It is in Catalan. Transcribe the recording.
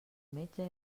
metge